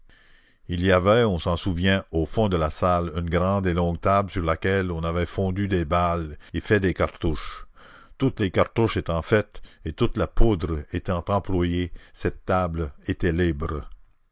il y avait on s'en souvient au fond de la salle une grande et longue table sur laquelle on avait fondu des balles et fait des cartouches toutes les cartouches étant faites et toute la poudre étant employée cette table était libre